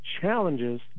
challenges